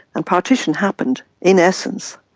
and partition happened, in essence,